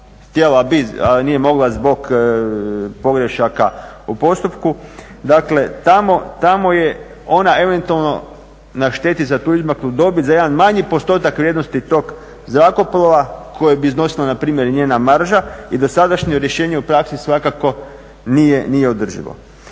bi a nije mogla zbog pogrešaka u postupku. dakle tamo je ona eventualno na šteti za tu izmaklu dobit za jedan manji postotak vrijednosti tog zrakoplova koja bi iznosila npr. njena marža i dosadašnje rješenje u praksi svakako nije održivo.